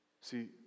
See